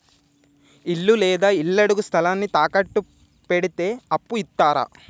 ఇల్లు లేదా ఇళ్లడుగు స్థలాన్ని తాకట్టు పెడితే అప్పు ఇత్తరా?